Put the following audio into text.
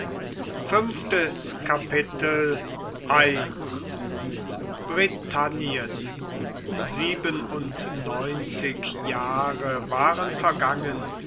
fünftes kapitel britannien siebenundneunzig jahre waren vergangen